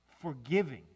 forgiving